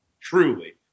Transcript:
Truly